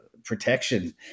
protection